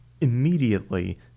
Immediately